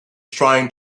trying